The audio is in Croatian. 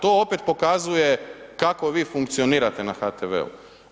To opet pokazuje kako vi funkcionirate na HTV-u.